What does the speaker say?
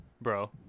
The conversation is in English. Bro